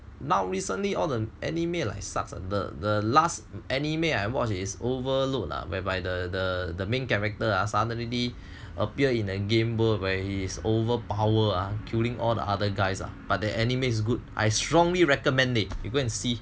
now recently or the anime like sucks the the last anime I watch is overload ah whereby the the the main character are suddenly appear in a game world where he is overpower are killing all the other guys lah but the anime is good I strongly recommend it you go and see